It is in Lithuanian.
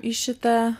į šitą